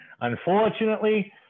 Unfortunately